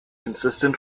consistent